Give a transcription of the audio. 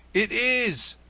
it is!